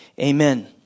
amen